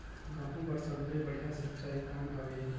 गहूं बर सबले बढ़िया सिंचाई कौन हवय?